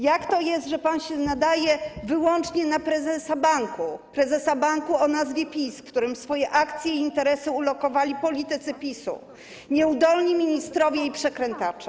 Jak to jest, że pan się nadaje wyłącznie na prezesa banku, prezesa banku o nazwie PiS, w którym swoje akcje i interesy ulokowali politycy PiS-u, nieudolni ministrowie i przekrętacze?